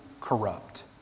corrupt